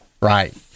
Right